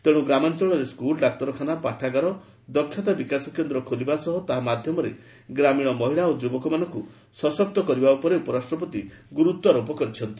ତେଣୁ ଗ୍ରାମାଞ୍ଚଳରେ ସ୍କୁଲ୍ ଡାକ୍ତରଖାନା ପାଠାଗାର ଦକ୍ଷତା ବିକାଶ କେନ୍ଦ୍ର ଖୋଲିବା ସହ ତାହା ମାଧ୍ୟମରେ ଗ୍ରାମୀଣ ମହିଳା ଓ ଯୁବକମାନଙ୍କୁ ସଶକ୍ତ କରିବା ଉପରେ ଉପରାଷ୍ଟ୍ରପତି ଗୁରୁତ୍ୱାରୋପ କରିଛନ୍ତି